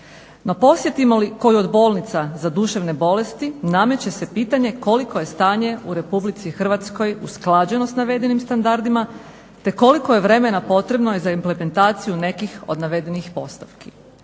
Ma posjetimo li koju od bolnica za duševne bolesti nameće se pitanje koliko je stanje u Republici Hrvatskoj usklađeno s navedenim standardima, te koliko je vremena potrebno za implementaciju nekih od navedenih postavki.